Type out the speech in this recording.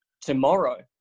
tomorrow